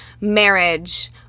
marriage